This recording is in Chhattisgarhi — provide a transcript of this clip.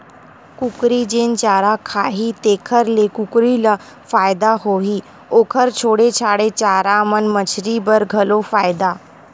कुकरी जेन चारा खाही तेखर ले कुकरी ल फायदा होही, ओखर छोड़े छाड़े चारा मन मछरी बर घलो फायदा करथे